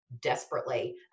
desperately